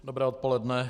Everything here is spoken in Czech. Dobré odpoledne.